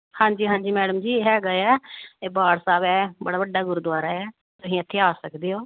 ਹਾਂਜੀ ਹਾਂਜੀ ਮੈਡਮ ਜੀ ਹੈਗਾ ਆ ਇਹ ਬਾਠ ਸਾਹਿਬ ਹੈ ਬੜਾ ਵੱਡਾ ਗੁਰਦੁਆਰਾ ਹੈ ਤੁਸੀਂ ਇੱਥੇ ਆ ਸਕਦੇ ਹੋ